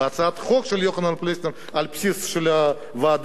בהצעת החוק של יוחנן פלסנר על הבסיס של הוועדה,